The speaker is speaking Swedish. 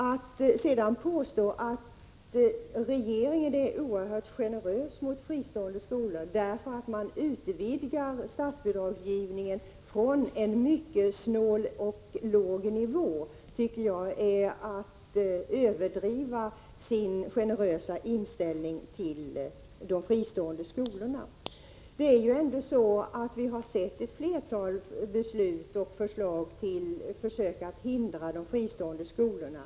Att sedan påstå att regeringen är generös mot fristående skolor därför att man utvidgar statsbidragsgivningen från en mycket snål och låg nivå tycker jag är att överdriva. Vi har ju ändå sett ett flertal förslag och beslut om försök att hindra de fristående skolorna.